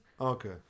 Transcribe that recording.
Okay